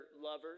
lovers